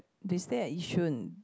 they stay at yishun